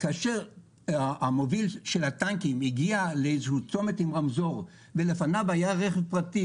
כאשר המוביל של הטנקים הגיע לצומת עם רמזור ולפניו היה רכב פרטי